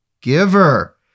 giver